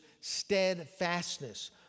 steadfastness